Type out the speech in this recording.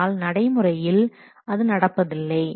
ஆனால் நடைமுறையில் அது நடப்பதில்லை